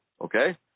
okay